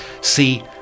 see